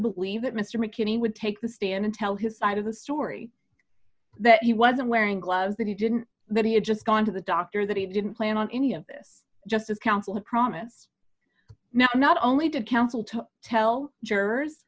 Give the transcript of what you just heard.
believe that mr mckinney would take the stand and tell his side of the story that he wasn't wearing gloves that he didn't that he had just gone to the doctor that he didn't plan on any of this just to counsel a promise not only to counsel to tell jurors